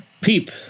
Peep